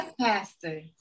pastor